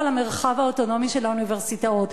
על המרחב האוטונומי של האוניברסיטאות,